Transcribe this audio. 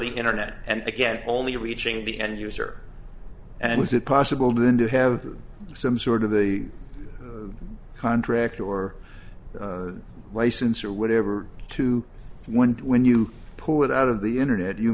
the internet and again only reaching the end user and is it possible then to have some sort of the contract or license or whatever to when when you pull it out of the internet you